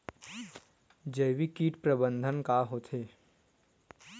जैविक कीट प्रबंधन का होथे?